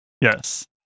Yes